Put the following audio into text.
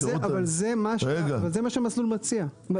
אבל זה מה שהמסלול מציע.